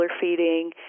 feeding